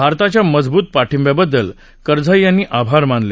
भारताच्या मजबूत पाठिंब्याबद्दल करझाई यांनी आभार मानले